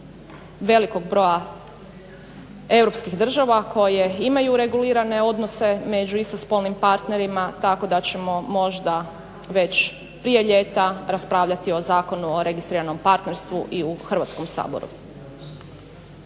velikog broja europskih država koje imaju regulirane odnose među istospolnim partnerima tako da ćemo možda već prije ljeta raspravljati o zakonu o registriranom partnerstvu i u Hrvatskom saboru.